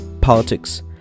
politics